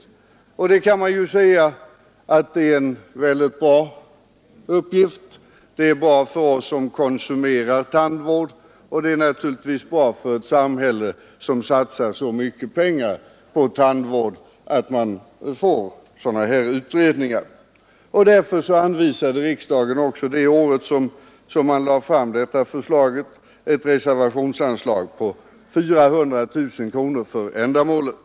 Man kan säga att detta är mycket bra arbetsuppgifter — det är bra för oss som konsumerar tandvård och för ett samhälle som satsar så mycket pengar på tandvård att man får sådana här utredningar. Därför anvisade också riksdagen samma år som man lade fram detta förslag ett reservationsanslag på 400 000 kronor för ändamålet.